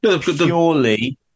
purely